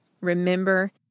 Remember